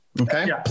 Okay